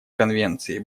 конвенции